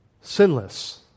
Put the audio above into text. sinless